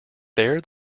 there